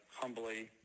humbly